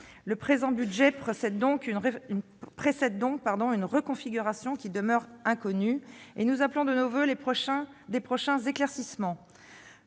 Le présent budget précède donc une reconfiguration qui demeure inconnue. Nous appelons de nos voeux de prochains éclaircissements.